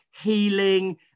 healing